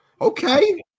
Okay